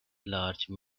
large